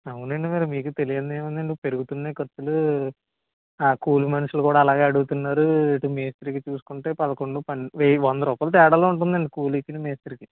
అవునండి మరి మీకు తెలియనిది ఏముంది అండి పెరుగుతున్నాయి ఖర్చులు ఆ కూలి మనుషులు కూడా అలాగే అడుగుతున్నారు ఇటు మేస్త్రికి చూసుకుంటే పదకొండు పన్నెండు వెయ్యి వంద రూపాయాలు తేడాలో ఉంటుంది అండి కూలికీను మేస్త్రికి